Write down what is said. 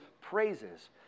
praises